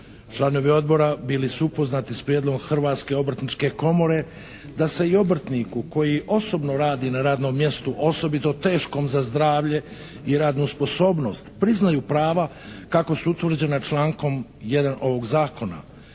Članovi Odbora bili su upoznati s prijedlogom Hrvatske obrtničke komore da se i obrtniku koji osobno radi na radnom mjestu, osobito teškom za zdravlje i radnu sposobnost priznaju prava kako su utvrđena člankom 1. ovog Zakona.